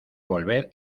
volver